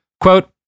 quote